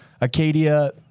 Acadia